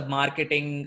marketing